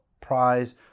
Prize